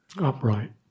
upright